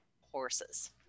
horses